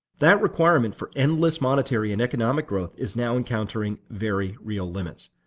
that requirement for endless monetary and economic growth is now encountering very real limits.